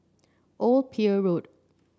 Old Pier Road